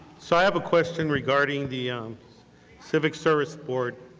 so i have a question regarding the civic service board.